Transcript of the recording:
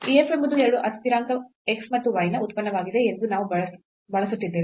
ಈ f ಎಂಬುದು 2 ಅಸ್ಥಿರಾಂಕ x ಮತ್ತು y ನ ಉತ್ಪನ್ನವಾಗಿದೆ ಎಂದು ನಾವು ಬಳಸುತ್ತಿದ್ದೇವೆ